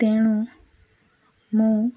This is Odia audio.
ତେଣୁ ମୁଁ